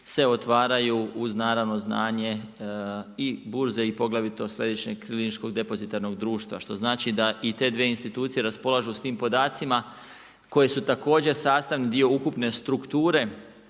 se otvaraju uz naravno znanje i burze i poglavito Središnjeg klirinško depozitarnog društva. Što znači da i te dvije institucije raspolažu sa tim podacima koje su također sastavni dio ukupne strukture